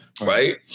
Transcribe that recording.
Right